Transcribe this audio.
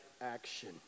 action